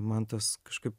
man tas kažkaip